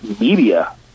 media